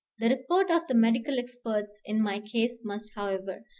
the report of the medical experts in my case must, however,